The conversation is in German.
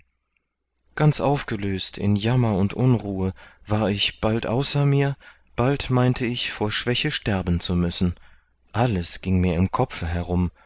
ganz aufgelöst in jammer und unruhe war ich bald außer mir bald meinte ich vor schwäche sterben zu müssen alles ging mir im kopfe herum